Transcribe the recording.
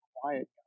quiet